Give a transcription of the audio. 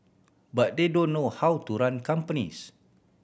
but they don't know how to run companies